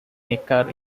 neckar